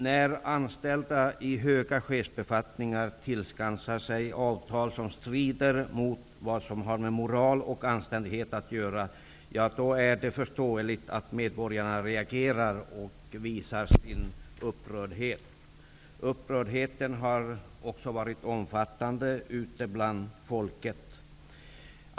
När anställda i höga chefsbefattningar tillskansar sig avtal som strider mot moral och anständighet, är det förståeligt att medborgarna reagerar och visar sin upprördhet. Upprördheten har också varit omfattande ute bland folket.